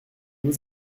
vous